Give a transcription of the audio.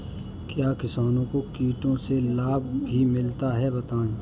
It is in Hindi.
क्या किसानों को कीटों से लाभ भी मिलता है बताएँ?